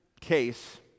case